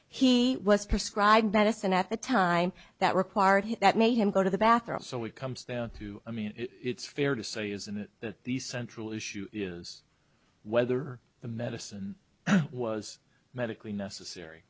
he was prescribed medicine at the time that required him that made him go to the bathroom so we comes down to i mean it's fair to say isn't it that the central issue is whether the medicine was medically necessary